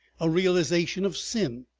a realization of sin,